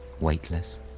weightless